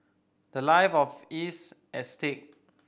the life of is at stake